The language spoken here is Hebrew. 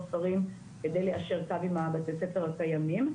כדי ליישר קו עם הבתי ספר הקיימים.